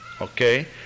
Okay